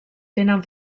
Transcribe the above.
tenen